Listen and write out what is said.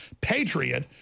patriot